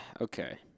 okay